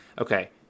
okay